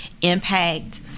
impact